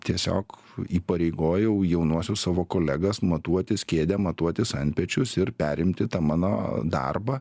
tiesiog įpareigojau jaunuosius savo kolegas matuotis kėdę matuotis antpečius ir perimti tą mano darbą